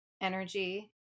energy